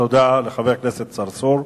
תודה לחבר הכנסת צרצור.